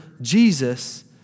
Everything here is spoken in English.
Jesus